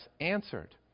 answered